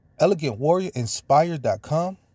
ElegantWarriorInspired.com